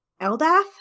Eldath